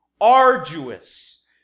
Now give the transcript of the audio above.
arduous